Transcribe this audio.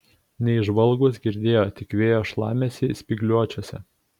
neįžvalgūs girdėjo tik vėjo šlamesį spygliuočiuose